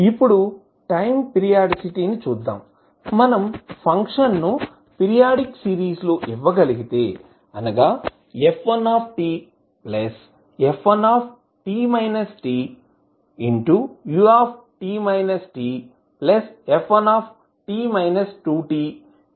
ఇప్పుడు time periodicity ని చూద్దాం మనం ఫంక్షన్ను పీరియాడిక్ సిరీస్ లో ఇవ్వగలిగితే అనగా f1tf1t Tut Tf1t 2Tut 2T